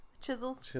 Chisels